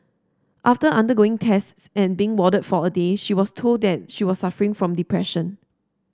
after undergoing tests and being warded for a day she was told that she was suffering from depression